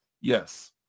Yes